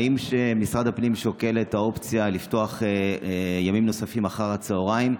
האם משרד הפנים שוקל את האופציה לפתוח ימים נוספים אחר הצוהריים?